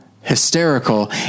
hysterical